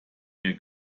mir